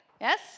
Yes